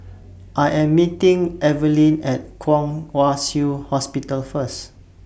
I Am meeting Evaline At Kwong Wai Shiu Hospital First